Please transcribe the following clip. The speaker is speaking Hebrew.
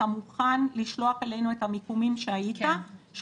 אתה מוכן לשלוח אלינו את המיקומים שהיית?